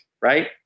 right